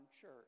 church